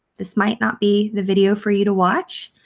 this might not be the video for you to watch